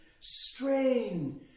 strain